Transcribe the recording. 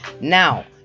now